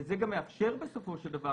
זה גם מאפשר בסופו של דבר